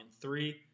three